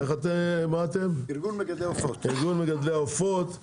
ארגון מגדלי העופות,